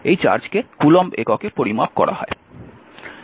এই চার্জকে কুলম্ব এককে পরিমাপ করা হয়